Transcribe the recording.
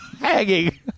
Hanging